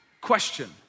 question